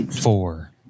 four